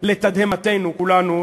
לתדהמתנו כולנו,